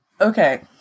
okay